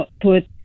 put